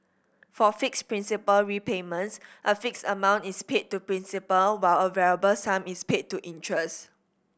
for fixed principal repayments a fixed amount is paid to principal while a variable sum is paid to interest